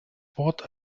wort